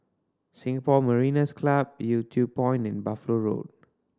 Singapore Mariners' Club Yew Tee Point and Buffalo Road